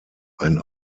ein